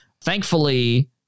Thankfully